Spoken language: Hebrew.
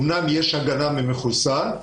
אומנם יש הגנה למחוסן,